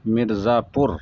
مرزا پور